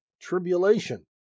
tribulation